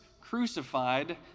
crucified